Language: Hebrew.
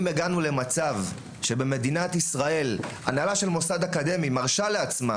אם הגענו למצב שבמדינת ישראל הנהלה של מוסד אקדמי מרשה לעצמה